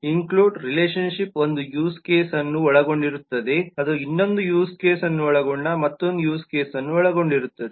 include relationship ಒಂದು use ಕೇಸ್ನ್ನು ಒಳಗೊಂಡಿರುತ್ತದೆ ಅದು ಇನ್ನೊಂದು ಯೂಸ್ ಕೇಸನ್ನು ಒಳಗೊಂಡಿರುವ ಅದು ಮತ್ತೊಂದು ಯೂಸ್ ಕೇಸ್ ಅನ್ನು ಒಳಗೊಂಡಿರುತ್ತದೆ